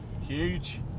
Huge